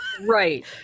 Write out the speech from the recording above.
Right